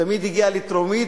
תמיד הגיע לטרומית,